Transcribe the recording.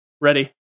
ready